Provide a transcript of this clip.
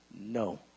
No